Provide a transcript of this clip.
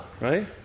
right